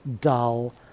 dull